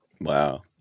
Wow